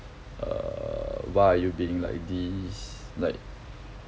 err why are you being like this like